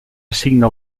assigna